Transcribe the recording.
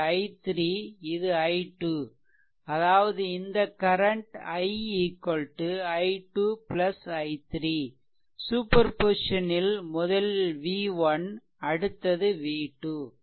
இது i3 இது i2 அதாவது இந்த current I i2 i3 superposition ல் முதலில் v1 அடுத்தது v2